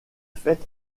faite